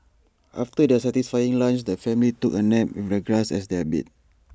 after their satisfying lunch the family took A nap with the grass as their bed